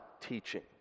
teaching